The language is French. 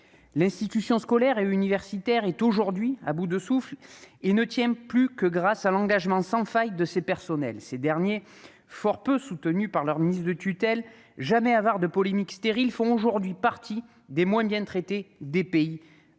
L'institution scolaire et universitaire est aujourd'hui à bout de souffle. Elle ne tient plus que grâce à l'engagement sans faille de ses personnels. Ces derniers, fort peu soutenus par leurs ministres de tutelle, jamais avares de polémiques stériles, font aujourd'hui partie des enseignants les moins